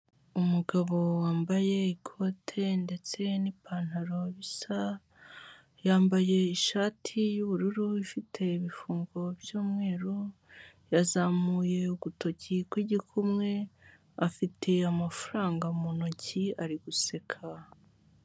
Umugabo wambaye ikote ndetse n'ipantaro bisa, yambaye ishati y'ubururu ifite ibifungo by'umweru, yazamuye urutoki rw'igikumwe, afite amafaranga mu ntoki ari guseka.